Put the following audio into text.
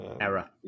Error